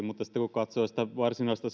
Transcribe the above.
mutta sitten kun katsoo sitä varsinaista